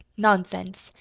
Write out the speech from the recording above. nonsense!